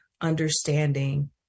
understanding